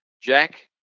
Jack